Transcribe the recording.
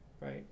right